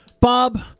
Bob